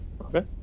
okay